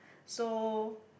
so